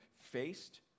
faced